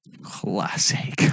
Classic